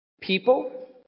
People